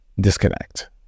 disconnect